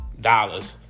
dollars